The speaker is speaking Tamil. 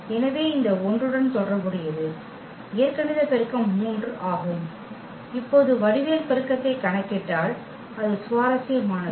எனவே இந்த 1 உடன் தொடர்புடையது இயற்கணித பெருக்கம் 3 ஆகும் இப்போது வடிவியல் பெருக்கத்தை கணக்கிட்டால் அது சுவாரஸ்யமானது